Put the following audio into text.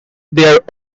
their